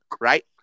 right